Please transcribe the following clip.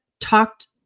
talked